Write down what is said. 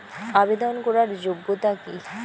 আবেদন করার যোগ্যতা কি?